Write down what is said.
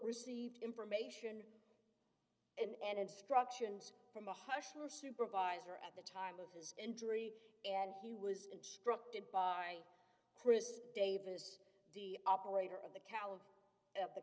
received information and instructions from a hustler supervisor at the time of his injury and he was instructed by chris davis the operator of the calif the